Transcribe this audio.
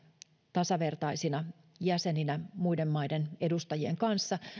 tasavertaisina jäseninä muiden maiden edustajien kanssa